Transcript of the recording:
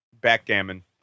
backgammon